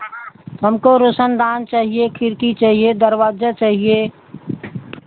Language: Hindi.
हमको रोशनदान चाहिए खिड़की चाहिए दरवाजा चाहिए